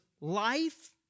life